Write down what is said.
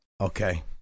Okay